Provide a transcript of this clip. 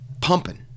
pumping